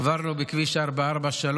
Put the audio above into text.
עברנו בכביש 443,